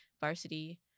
varsity